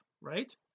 right